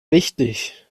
wichtig